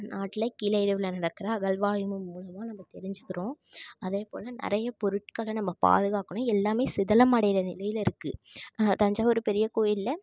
நாட்டில் கீழஇழிவில் நடக்கிற அகழ்வாய்வு மூலமாக நம்ப தெரிஞ்சிக்கிறோம் அதேப்போல் நிறைய பொருட்களை நம்ம பாதுகாக்கணும் எல்லாமே சிதிலமடையிற நிலையில் இருக்குது தஞ்சாவூர் பெரிய கோயிலில்